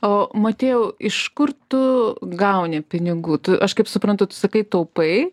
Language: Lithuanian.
o motiejau iš kur tu gauni pinigų tu aš kaip suprantu tu sakai taupai